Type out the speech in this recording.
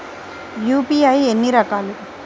UPI ఎన్ని రకాలు?